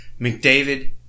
McDavid